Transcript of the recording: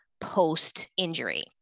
post-injury